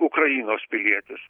ukrainos pilietis